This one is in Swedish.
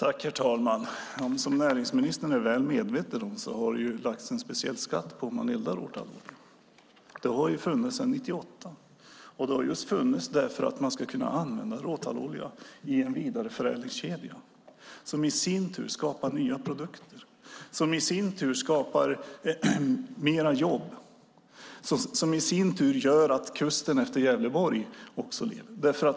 Herr talman! Som näringsministern är väl medveten om har det lagts en speciell skatt på eldning av råtallolja. Den har funnits sedan 1998, och den har funnits just därför att man skulle kunna använda råtallolja i en vidareförädlingskedja, som skapar nya produkter, som i sin tur skapar flera jobb, som i sin tur gör att kusten utefter Gävleborgs län lever.